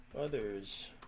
others